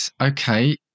okay